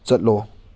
ꯆꯠꯂꯣ